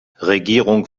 regierung